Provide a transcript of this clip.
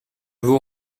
vous